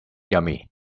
yummy